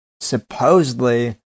supposedly